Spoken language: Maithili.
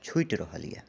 छुटि रहल यऽ